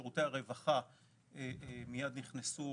שם שירותי הרווחה מיד נכנסו